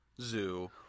zoo